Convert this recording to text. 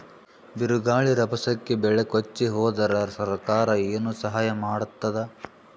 ಬಿರುಗಾಳಿ ರಭಸಕ್ಕೆ ಬೆಳೆ ಕೊಚ್ಚಿಹೋದರ ಸರಕಾರ ಏನು ಸಹಾಯ ಮಾಡತ್ತದ?